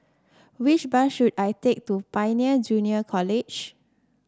which bus should I take to Pioneer Junior College